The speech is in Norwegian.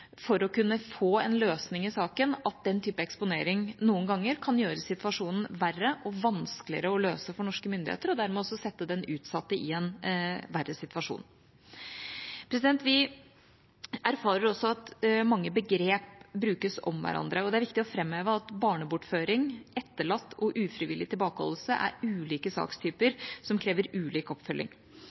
for å kunne få en løsning i saken at den type eksponering noen ganger kan gjøre situasjonen verre og vanskeligere å løse for norske myndigheter, og dermed også sette den utsatte i en verre situasjon. Vi erfarer også at mange begrep brukes om hverandre, og det er viktig å framheve at «barnebortføring», «etterlatt» og «ufrivillig tilbakeholdelse» er ulike sakstyper som krever ulik oppfølging.